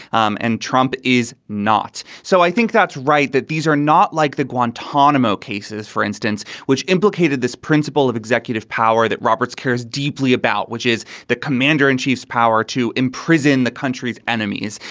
um and trump is not. so i think that's right, that these are not like the guantanamo cases, for instance, which implicated this principle of executive power that roberts cares deeply about, which is the commander in chief's power to imprison the country's enemies.